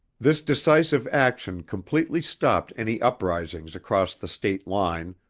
this decisive action completely stopped any uprisings across the state line,